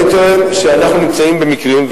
אני טוען שאנחנו נמצאים במקרים,